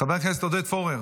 חבר הכנסת ואליד אלהואשלה,